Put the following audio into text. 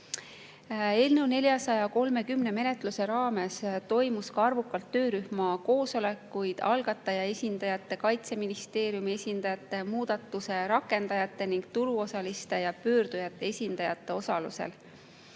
430 menetluse raames toimus ka arvukalt töörühma koosolekuid algataja esindajate, Kaitseministeeriumi esindajate, muudatuste rakendajate ning turuosaliste ja pöördujate esindajate osalusel.